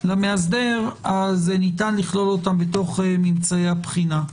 למאסדר ניתן לכלול אותן בממצאי הבחינה.